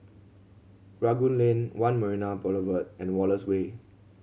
Rangoon Lane One Marina Boulevard and Wallace Way